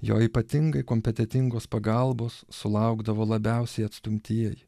jo ypatingai kompetentingos pagalbos sulaukdavo labiausiai atstumtieji